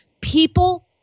People